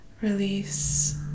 release